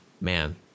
man